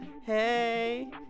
Hey